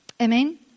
Amen